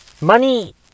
money